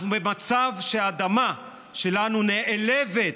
אנחנו במצב שהאדמה שלנו נעלבת,